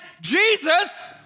Jesus